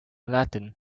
latin